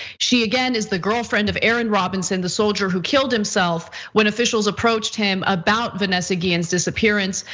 she again is the girlfriend of aaron robinson, the soldier who killed himself, when officials approached him about vanessa guillen's disappearance.